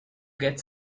get